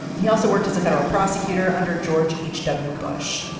he also worked as a federal prosecutor under george h w. bush.